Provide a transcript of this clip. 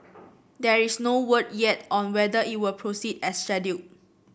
there is no word yet on whether it will proceed as scheduled